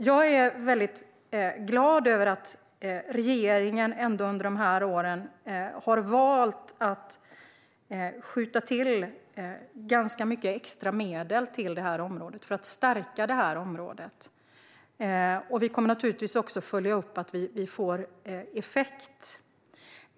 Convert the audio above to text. Jag är väldigt glad över att regeringen under dessa år har valt att skjuta till ganska mycket extra medel till detta område för att stärka det. Vi kommer naturligtvis också att följa upp att detta får effekt.